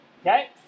okay